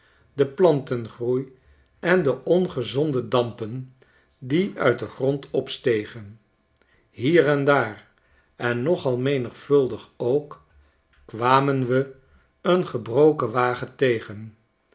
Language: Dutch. de plantengroei en de ongezonde dampen die uit den grond opstegen hier en daar en nogal menigvuldig ook kwamen we een gebroken wagen tegen